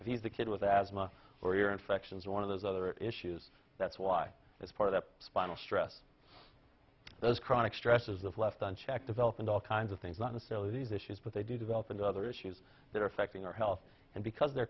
if he's a kid with asthma or ear infections or one of those other issues that's why it's part of the spinal stress those chronic stresses that left unchecked develop and all kinds of things not necessarily these issues but they do develop into other issues that are affecting our health and because they're